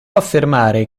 affermare